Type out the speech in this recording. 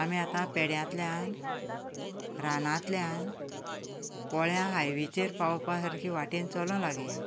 आमी आतां पेड्यांतल्यान रानांतल्यान वळ्यां हायवेचेर पावपाक सारके वाटेन चलूंक लागया